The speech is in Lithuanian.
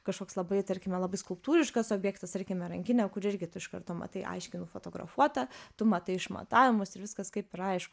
kažkoks labai tarkime labai skulptūriškas objektas tarkime rankinė kuri irgi tu iš karto matai aiškiai nufotografuotą tu matai išmatavimus ir viskas kaip ir aišku